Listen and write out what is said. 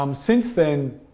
um since then,